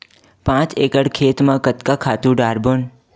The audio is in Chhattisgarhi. पांच एकड़ खेत म कतका खातु डारबोन?